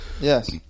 Yes